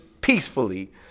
peacefully